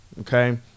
okay